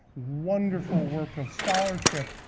wonderful work of scholarship,